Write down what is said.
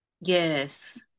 yes